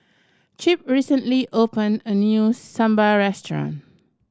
Chip recently opened a new Sambar restaurant